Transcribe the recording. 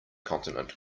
continent